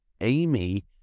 Amy